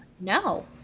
no